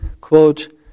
quote